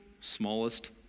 smallest